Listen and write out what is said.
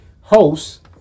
hosts